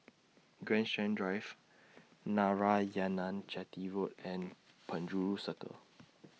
Grandstand Drive Narayanan Chetty Road and Penjuru Circle